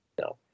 No